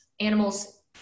animals